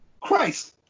Christ